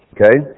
okay